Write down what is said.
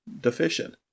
deficient